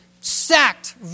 sacked